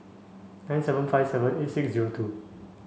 nine seven five seven eight six zero two